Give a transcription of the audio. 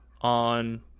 on